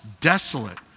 desolate